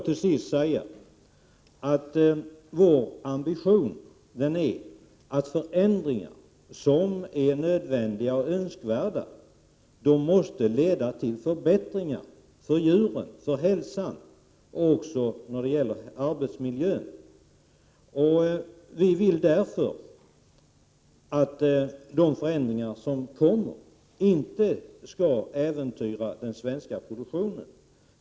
Till sist vill jag framhålla att det är vår ambition att förändringar i detta sammanhang — oavsett om dessa är nödvändiga eller önskvärda — måste leda till förbättringar för djuren, hälsan och arbetsmiljön. Vi menar därför att kommande förändringar inte får äventyra den svenska produktionen.